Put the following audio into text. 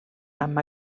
amb